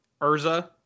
urza